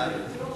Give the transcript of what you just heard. חוק ומשפט.